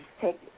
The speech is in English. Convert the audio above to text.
take